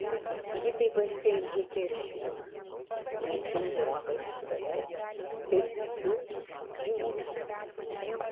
ji taip pasielgė keršydama naikindama pati save bet sykiu džiūgaudama